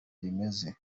rimeze